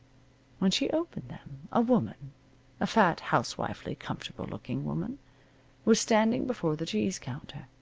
when she opened them a woman a fat, housewifely, comfortable looking woman was standing before the cheese counter.